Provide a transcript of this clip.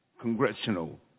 congressional